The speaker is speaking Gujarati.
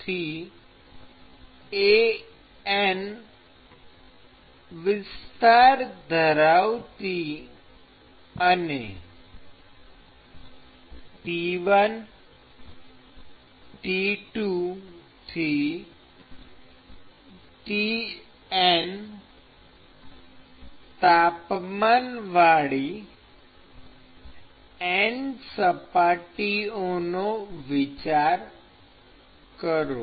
An વિસ્તાર ધરાવતી અને T1 T2 Tn તાપમાનવાળી N સપાટીઓનો વિચાર કરો